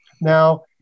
Now